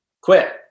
quit